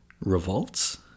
Revolts